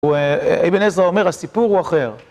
אבן עזרא אומר, הסיפור הוא אחר.